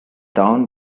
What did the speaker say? town